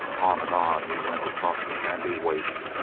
on and on he went across the sandy waste,